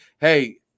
Hey